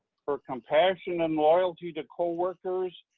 her compassion and loyalty to co-workers,